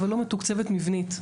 אבל לא מתוקצבת מבנית.